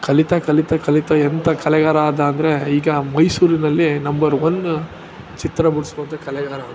ಕಲಿತಾ ಕಲಿತಾ ಕಲಿತಾ ಎಂಥ ಕಲೆಗಾರ ಆದ ಅಂದರೆ ಈಗ ಮೈಸೂರಿನಲ್ಲಿ ನಂಬರ್ ಒನ್ ಚಿತ್ರ ಬಿಡಿಸೊವಂತ ಕಲೆಗಾರ ಆದ